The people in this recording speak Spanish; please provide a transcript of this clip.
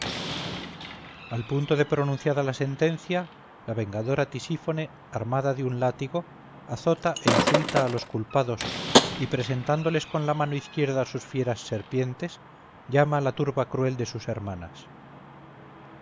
al punto de pronunciada la sentencia la vengadora tisífone armada de un látigo azota e insulta a los culpados y presentándoles con la mano izquierda sus fieras serpientes llama a la turba cruel de sus hermanas